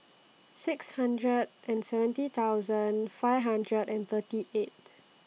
six hundred and seventy thousand five hundred and thirty eight